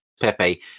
Pepe